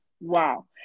wow